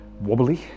wobbly